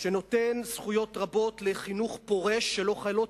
שנותן זכויות רבות לחינוך פורש שלא חלות